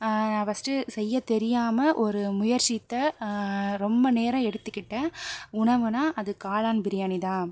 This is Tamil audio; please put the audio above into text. நான் ஃபர்ஸ்ட்டு செய்ய தெரியாமல் ஒரு முயற்சித்த ரொம்ப நேரம் எடுத்துகிட்டேன் உணவுனா அது காளான் பிரியாணி தான்